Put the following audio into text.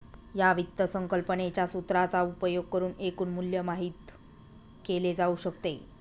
या वित्त संकल्पनेच्या सूत्राचा उपयोग करुन एकूण मूल्य माहित केले जाऊ शकते